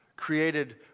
Created